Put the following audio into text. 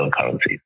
currencies